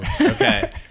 okay